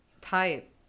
type